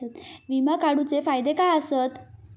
विमा काढूचे फायदे काय आसत?